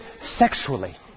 sexually